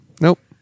nope